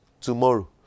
tomorrow